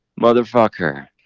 motherfucker